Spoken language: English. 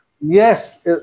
Yes